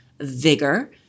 vigor